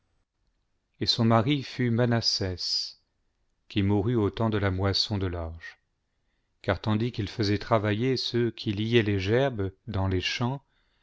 et son mari fut manasses qui mourut au temps de la moisson de large car tandis qu'il faisait travailler ceux qui liaient les gerbes dans les champs